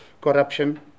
corruption